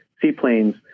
seaplanes